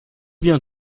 viens